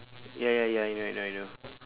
ya ya ya ya I know I know